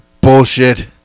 bullshit